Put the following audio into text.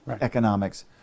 economics